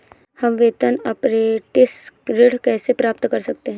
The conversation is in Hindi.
हम वेतन अपरेंटिस ऋण कैसे प्राप्त कर सकते हैं?